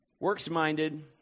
Works-minded